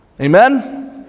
Amen